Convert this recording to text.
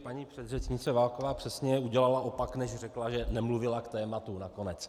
Paní předřečnice Válková přesně udělala opak, než řekla, že nemluvila k tématu nakonec.